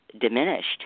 diminished